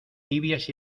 tibias